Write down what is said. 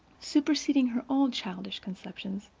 superseding her old childish conceptions,